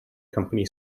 company